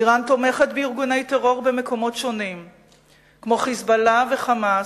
אירן תומכת בארגוני טרור כמו "חיזבאללה" ו"חמאס"